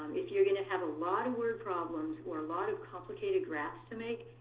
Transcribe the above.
if you're going to have a lot of word problems, or a lot of complicated graphs to make,